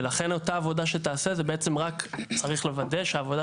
ולכן אותה עבודה שתעשה זה בעצם רק צריך לוודא שהוועדה